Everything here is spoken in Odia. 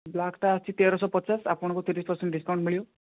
ବ୍ଲାକ୍ଟା ଅଛି ତେରଶହ ପଚାଶ ଆପଣଙ୍କୁ ତିରିଶ ପରସେଣ୍ଟ ଡିସକାଉଣ୍ଟ ମିଳିବ